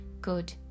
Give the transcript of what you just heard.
good